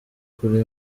kure